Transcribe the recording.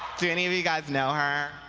do any of you guys know her?